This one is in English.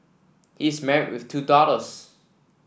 he is married with two daughters